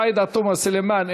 עאידה תומא סלימאן,